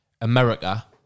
America